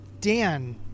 Dan